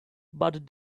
but